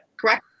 Correct